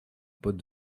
pots